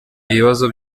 ibibazo